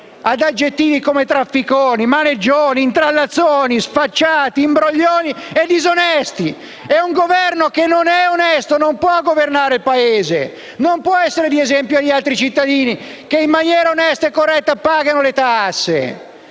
ad aggettivi come trafficoni, maneggioni, intrallazzoni, sfacciati, imbroglioni e disonesti. E un Governo che non è onesto non può governare il Paese e non può essere di esempio agli altri cittadini che in maniera onesta e corretta pagano le tasse.